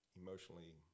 emotionally